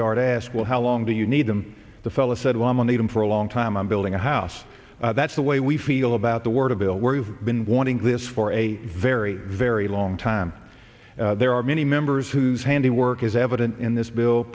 yard asked well how long do you need him the fella said we'll need him for a long time i'm building a house that's the way we feel about the word a bill where you've been wanting this for a very very long time there are many members whose handiwork is evident in this bill